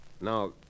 Now